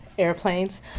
airplanes